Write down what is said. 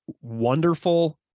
wonderful